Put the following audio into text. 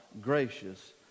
gracious